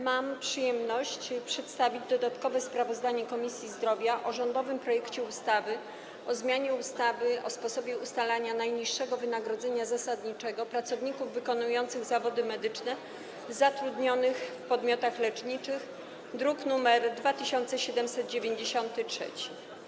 Mam przyjemność przedstawić dodatkowe sprawozdanie Komisji Zdrowia o rządowym projekcie ustawy o zmianie ustawy o sposobie ustalania najniższego wynagrodzenia zasadniczego pracowników wykonujących zawody medyczne zatrudnionych w podmiotach leczniczych, druk nr 2793.